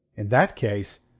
in that case.